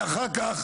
אחר כך,